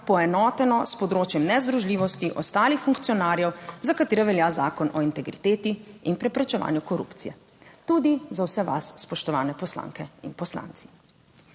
poenoteno s področjem nezdružljivosti ostalih funkcionarjev, za katere velja Zakon o integriteti in preprečevanju korupcije. Tudi za vse vas, spoštovane poslanke in poslanci.